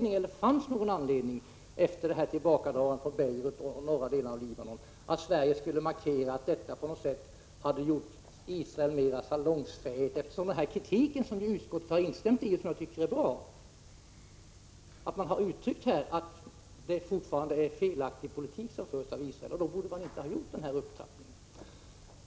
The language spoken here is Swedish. inte, efter tillbakadragandet från Beirut och de norra delarna av Libanon, att det finns någon anledning att Sverige skulle markera att detta på något sätt hade gjort Israel mera salongsfähigt. Den kritik som utskottet har instämt i och som jag tycker är bra går ut på att det är en felaktig politik som förs i Israel, och då borde man inte ha gjort denna upptrappning.